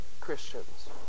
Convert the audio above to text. Christians